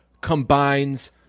combines